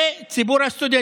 הוספנו